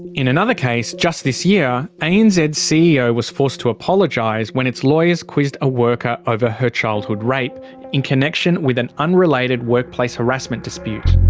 in another case just this year, anz's ceo was forced to apologise when its lawyers quizzed a worker over her childhood rape in connection with an unrelated workplace harassment dispute.